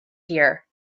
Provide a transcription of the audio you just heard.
here